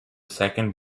second